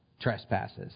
trespasses